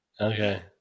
Okay